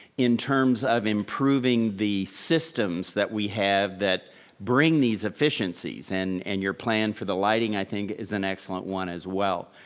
in terms of improving the systems that we have that bring these efficiencies and and your plan for the lighting, i think, is an excellent one as well.